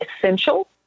essential